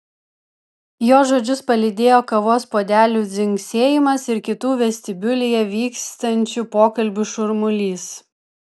jo žodžius palydėjo kavos puodelių dzingsėjimas ir kitų vestibiulyje vykstančių pokalbių šurmulys